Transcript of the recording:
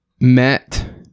met